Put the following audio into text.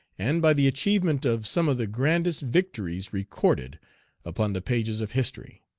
and by the achievement of some of the grandest victories recorded upon the pages of history.